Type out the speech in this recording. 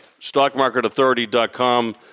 stockmarketauthority.com